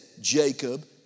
Jacob